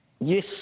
yes